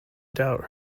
doubt